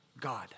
God